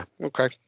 okay